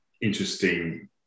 interesting